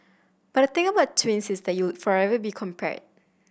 but the thing about twins is that you'll forever be compared